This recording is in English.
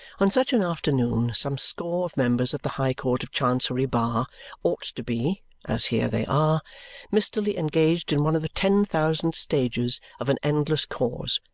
on such an afternoon some score of members of the high court of chancery bar ought to be as here they are mistily engaged in one of the ten thousand stages of an endless cause,